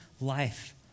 life